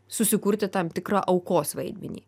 susikurti tam tikrą aukos vaidmenį